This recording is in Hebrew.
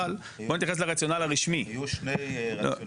אבל בוא נתייחס לרציונל הרשמי --- היו שני רציונלים,